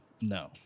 No